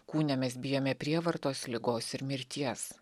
kūne mes bijome prievartos ligos ir mirties